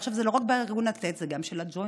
עכשיו, זה לא רק בארגון לתת, זה גם של הג'וינט.